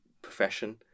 Profession